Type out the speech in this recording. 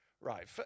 Right